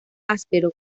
áspero